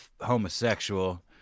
homosexual